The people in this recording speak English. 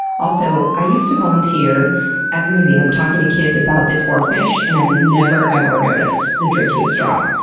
also, i used to volunteer at the museum talking to kids about this oarfish and i never ever noticed the drinking straw.